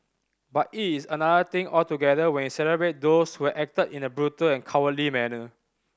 but it is another thing altogether when you celebrate those who had acted in a brutal and cowardly manner